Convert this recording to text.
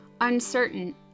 uncertain